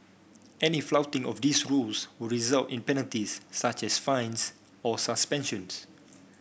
any flouting of these rules would result in penalties such as fines or suspensions